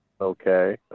Okay